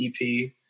EP